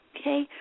Okay